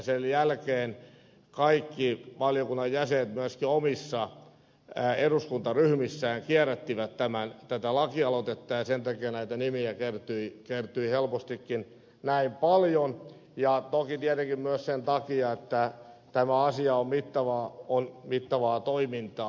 sen jälkeen kaikki valiokunnan jäsenet myöskin omissa eduskuntaryhmissään kierrättivät tätä lakialoitetta ja sen takia näitä nimiä kertyi helpostikin näin paljon toki tietenkin myös sen takia että tämä asia on mittavaa toimintaa